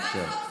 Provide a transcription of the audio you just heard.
נא לאפשר.